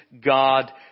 God